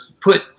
put